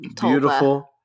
beautiful